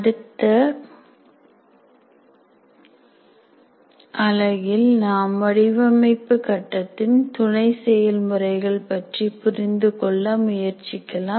அடுத்த M2 U6 அலகில் நாம் வடிவமைப்பு கட்டத்தில் துணை செயல்முறைகள் பற்றி புரிந்து கொள்ள முயற்சிக்கலாம்